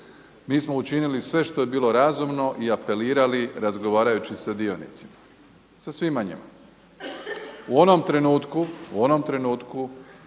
Mi smo učinili sve što je bilo razumno i apelirali razgovarajući sa dionicima, sa svima njima. U onom trenutku kada je netko